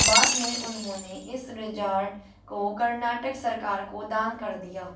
बाद में उन्होंने इस रिज़ॉर्ट को कर्नाटक सरकार को दान कर दिया